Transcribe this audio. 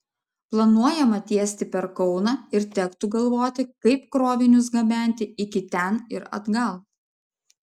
planuojama tiesti per kauną ir tektų galvoti kaip krovinius gabenti iki ten ir atgal